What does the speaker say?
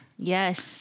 Yes